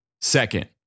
Second